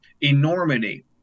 enormity